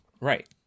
Right